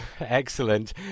Excellent